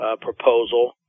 proposal